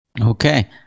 Okay